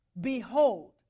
Behold